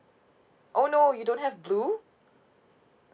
oh no you don't have blue